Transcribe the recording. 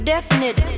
definite